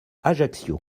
ajaccio